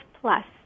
plus